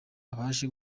abashe